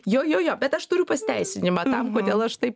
jo jo jo bet aš turiu pasiteisinimą tam kodėl aš taip